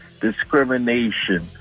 Discrimination